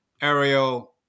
Ariel